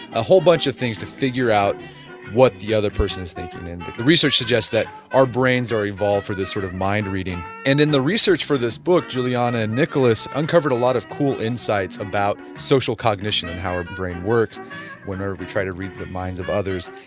a whole bunch of things to figure out what the other person is thinking. the research suggests that our brains are evolved for this sort of mind reading. and in the research for this book juliana and nicholas uncovered a lot of cool insights about social cognition and how our brain works whenever we try to read the minds of others.